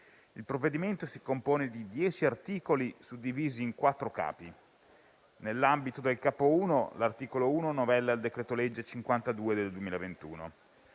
Il provvedimento si compone di dieci articoli suddivisi in quattro capi. Nell'ambito del Capo I, l'articolo 1 novella il decreto-legge n. 52 del 2021;